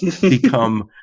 become